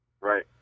right